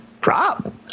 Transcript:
drop